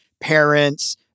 parents